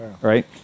Right